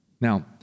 Now